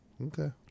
okay